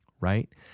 right